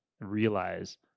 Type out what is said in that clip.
realize